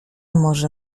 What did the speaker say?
może